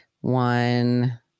one